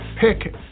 pick